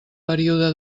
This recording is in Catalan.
període